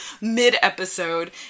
mid-episode